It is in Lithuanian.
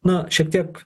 na šiek tiek